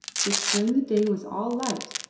which during the day was all light,